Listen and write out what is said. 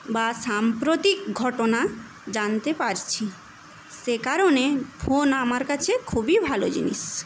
বা সাম্প্রতিক ঘটনা জানতে পারছি সে কারণে ফোন আমার কাছে খুবই ভালো জিনিস